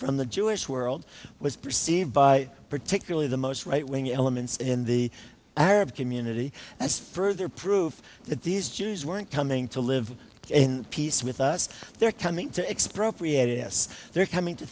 from the jewish world was perceived by particularly the most right wing elements in the arab community as further proof that these jews weren't coming to live in peace with us they're coming to